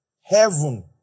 heaven